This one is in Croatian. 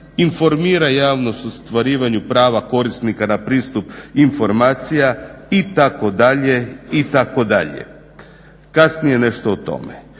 informira javnost o ostvarivanju prava korisnika na pristup informacija itd., itd. Kasnije nešto o tome.